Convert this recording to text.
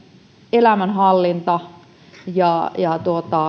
elämänhallinta ja ja